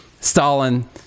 Stalin